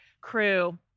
crew